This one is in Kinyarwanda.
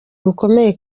bukomeye